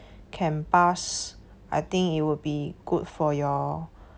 can pass I think it will be good for your